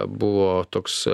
buvo toks